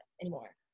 anymore